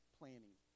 planning